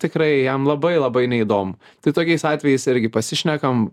tikrai jam labai labai neįdomu tai tokiais atvejais irgi pasišnekam